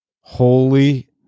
holy